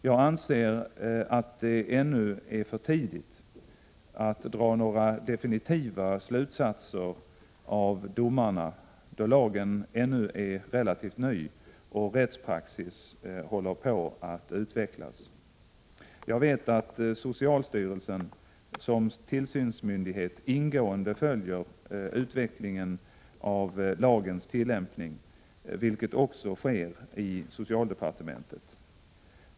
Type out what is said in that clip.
Jag anser att det ännu är för tidigt att dra några definitiva slutsatser av domarna då lagen ännu är relativt ny och rättspraxis håller på att utvecklas. Jag vet att socialstyrelsen som tillsynsmyndighet ingående följer utvecklingen av lagens tillämpning, vilket också sker i socialdepartementet.